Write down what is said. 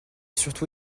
surtout